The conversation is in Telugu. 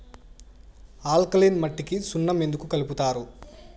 ఆల్కలీన్ మట్టికి సున్నం ఎందుకు కలుపుతారు